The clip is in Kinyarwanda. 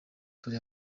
turi